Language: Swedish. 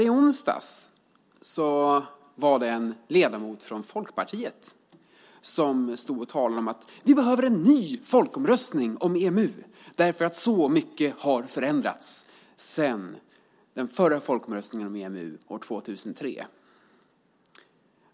I onsdags var det en ledamot från Folkpartiet som talade om att vi behöver en ny folkomröstning om EMU därför att så mycket har förändrats sedan den förra folkomröstningen om EMU år 2003.